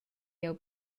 jeu